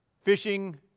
Fishing